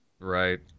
Right